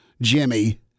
Jimmy